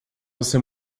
você